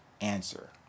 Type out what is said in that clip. answer